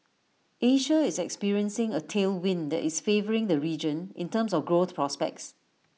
Asia is experiencing A tailwind that is favouring the region in terms of growth prospects